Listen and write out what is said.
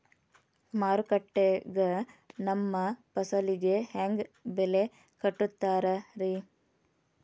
ಮಾರುಕಟ್ಟೆ ಗ ನಮ್ಮ ಫಸಲಿಗೆ ಹೆಂಗ್ ಬೆಲೆ ಕಟ್ಟುತ್ತಾರ ರಿ?